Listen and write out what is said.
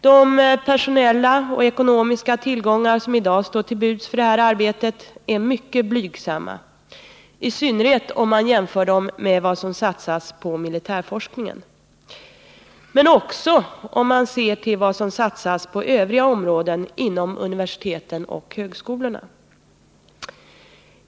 De personella och ekonomiska tillgångar som i dag står till buds för det här arbetet är mycket blygsamma, i synnerhet om man jämför dem med vad som satsas på militärforskningen, men också om man ser till vad som satsas på övriga områden inom universiteten och högskolorna.